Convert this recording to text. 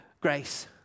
grace